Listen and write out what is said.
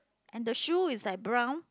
and the shoe is like brown